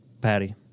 Patty